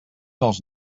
dels